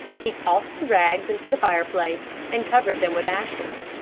he tossed the rags into the fireplace and covered them with ashes.